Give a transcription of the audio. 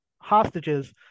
hostages